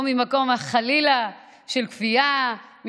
לא ממקום של כפייה, חלילה.